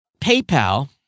PayPal